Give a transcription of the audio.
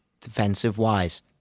defensive-wise